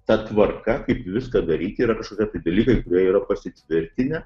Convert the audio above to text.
ta tvarka kaip viską daryt yra kažkokie tai dalykai kurie yra pasitvirtinę